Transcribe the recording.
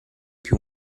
più